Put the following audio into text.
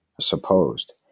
supposed